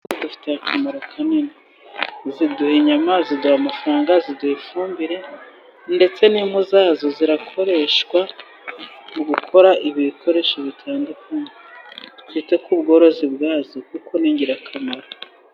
Inkwavu zidufitiye akamaro kanini, ziduha inyama, ziduha amafaranga, ziduha ifumbire, ndetse n'impu zazo zirakoreshwa mu gukora ibikoresho bitandukanye, twite ku bworozi bwazo kuko ni ingirakamaro.